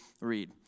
read